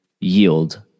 yield